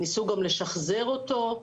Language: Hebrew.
ניסו גם לשחזר אותו.